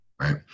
right